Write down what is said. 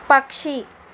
పక్షి